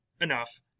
Enough